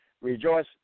Rejoice